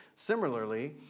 Similarly